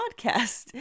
podcast